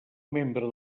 membre